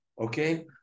okay